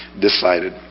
decided